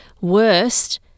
worst